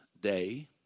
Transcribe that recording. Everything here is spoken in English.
Day